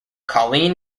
colleen